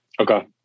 Okay